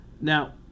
now